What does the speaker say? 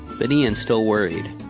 but ian still worried.